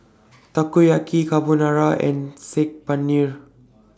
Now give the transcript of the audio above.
Takoyaki Carbonara and Saag Paneer